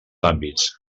àmbits